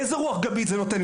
איזה רוח גבית זה נותן?